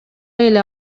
эле